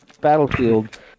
battlefield